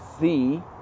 see